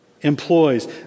employs